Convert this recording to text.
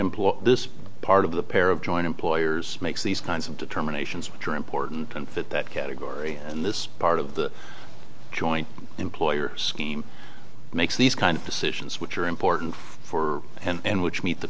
employer this part of the pair of joint employers makes these kinds of determinations which are important and fit that category and this part of the joint employer scheme makes these kind of decisions which are important for and which meet the